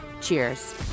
Cheers